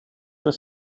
was